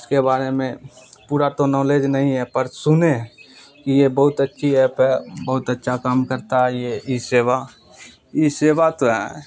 اس کے بارے میں پورا تو نالج نہیں ہے پر سنے ہیں کہ یہ بہت اچھی ایپ ہے بہت اچھا کام کرتا ہے یہ ای سیوا ای سیوا تو ہے